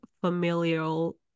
familial